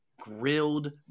grilled